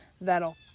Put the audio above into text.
that'll